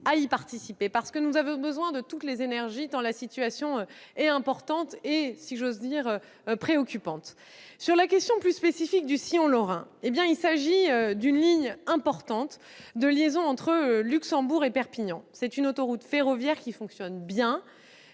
à participer au débat. Nous avons besoin de toutes les énergies, tant la situation est préoccupante à certains égards. Sur la question plus spécifique du sillon lorrain, il s'agit d'une ligne importante de liaison entre Luxembourg et Perpignan. C'est une autoroute ferroviaire qui fonctionne bien,